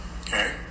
okay